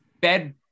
bed